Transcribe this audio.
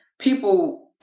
people